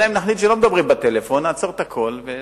אלא אם נחליט שלא מדברים בטלפון, נעצור הכול וזהו.